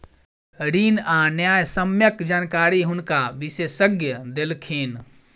ऋण आ न्यायसम्यक जानकारी हुनका विशेषज्ञ देलखिन